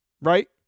Right